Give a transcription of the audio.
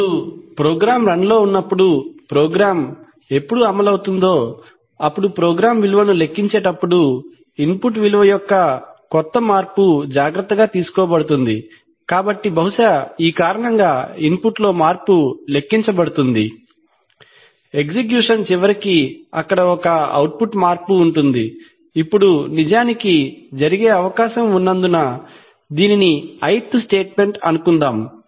అప్పుడు program run లో ఉన్నప్పుడు ప్రోగ్రామ్ ఎప్పుడు అమలు అవుతుందో అప్పుడు అవుట్పుట్ విలువను లెక్కించేటప్పుడు ఇన్పుట్ విలువ యొక్క కొత్త మార్పు జాగ్రత్తగా తీసుకోబడుతుంది కాబట్టి బహుశా ఈ కారణంగా ఇన్పుట్ లో మార్పులెక్కించబడుతుంది ఎక్సిక్యూషన్ చివరికి అక్కడ ఒక అవుట్పుట్ మార్పు ఉంటుంది ఇప్పుడు నిజానికి జరిగే అవకాశం ఉన్నందున దీనిని ith స్టేట్మెంట్ అనుకుందాం